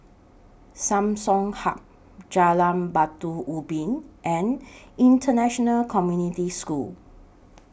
Samsung Hub Jalan Batu Ubin and International Community School